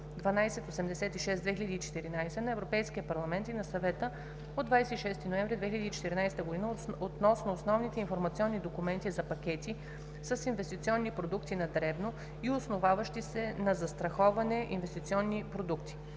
1286/2014 на Европейския парламент и на Съвета от 26 ноември 2014 г. относно основните информационни документи за пакети с инвестиционни продукти на дребно и основаващи се на застраховане инвестиционни продукти